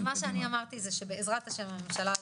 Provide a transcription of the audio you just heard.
אז מה שאני אמרתי זה שבעזרת השם הממשלה הזאת,